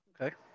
Okay